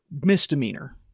misdemeanor